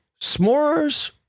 s'mores